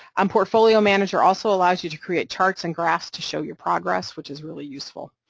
um portfolio manager also allows you to create charts and graphs to show your progress, which is really useful.